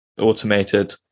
automated